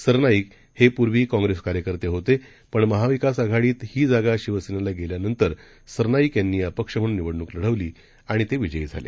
सरनाईक हे पूर्वी काँग्रेस कार्यकर्ते होते पण महाविकास आघाडीत ही जागा शिवसेनेला गेल्यानंतर सरनाईक यांनी अपक्ष म्हणून निवडणूक लढवली आणि ते विजयी झाले